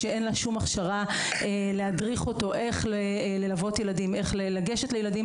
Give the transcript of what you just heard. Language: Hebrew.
שאין לה שום הכשרה להדריך אותו לאיך ללוות ילדים ואיך לגשת אליהם.